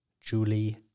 Julie